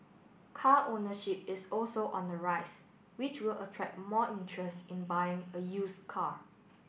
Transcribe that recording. car ownership is also on the rise which will attract more interest in buying a use car